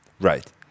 Right